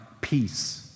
peace